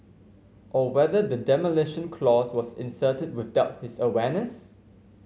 or whether the demolition clause was inserted without his awareness